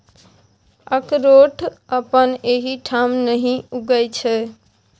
अकरोठ अपना एहिठाम नहि उगय छै